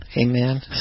Amen